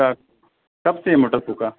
اچھا کب سے یہ موٹر پھونکا